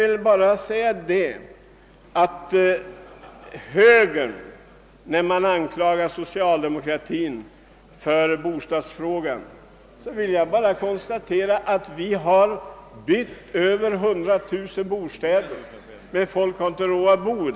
Vi talar om solidaritet men glömmer att visa solidaritet med låglönegrupperna. jag bara konstatera att vi har byggt över 100 000 bostäder under föregående år men att folk inte har råd att bo i dessa.